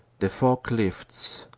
the fog lifts.